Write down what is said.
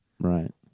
right